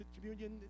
Communion